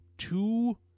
Two